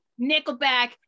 Nickelback